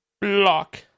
Block